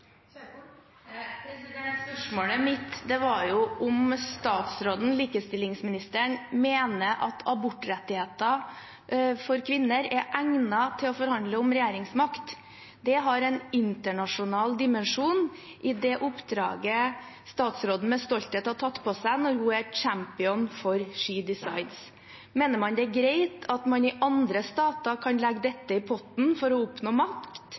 Spørsmålet mitt var om statsråden, likestillingsministeren, mener at abortrettigheter for kvinner er egnet til å forhandle om når det gjelder regjeringsmakt. Det er en internasjonal dimensjon i det oppdraget statsråden med stolthet har tatt på seg når hun er champion for She Decides. Mener man det er greit at man i andre stater kan legge dette i potten for å oppnå makt?